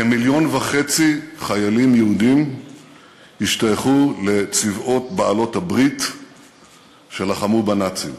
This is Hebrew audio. כמיליון וחצי חיילים יהודים השתייכו לצבאות בעלות-הברית שלחמו בנאצים.